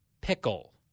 pickle